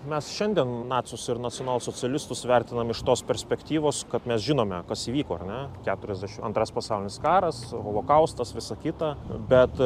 mes šiandien nacius ir nacionalsocialistus vertinam iš tos perspektyvos kad mes žinome kas įvyko ar ne keturiasdešimt antras pasaulinis karas holokaustas visa kita bet